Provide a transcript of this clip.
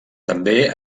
també